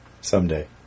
Someday